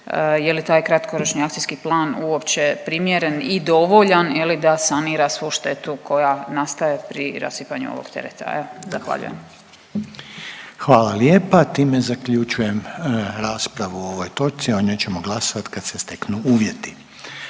je li taj kratkoročni akcijski plan uopće primjeren i dovoljan, je li, da sanira svu štetu koja nastaje pri rasipanju ovog tereta. Evo, zahvaljujem. **Reiner, Željko (HDZ)** Hvala lijepa. Time zaključujem raspravu o ovoj točci, o njoj ćemo glasovat kad se steknu uvjeti.